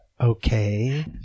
Okay